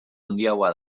handiagoa